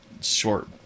Short